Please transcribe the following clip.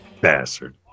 Bastard